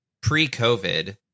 pre-COVID